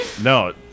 No